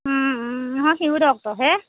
নহয় সিয়ো ডক্টৰহে